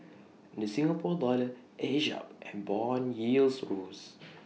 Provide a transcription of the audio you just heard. the Singapore dollar edged up and Bond yields rose